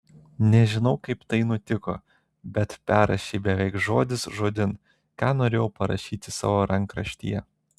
nežinau kaip tai nutiko bet perrašei beveik žodis žodin ką norėjau parašyti savo rankraštyje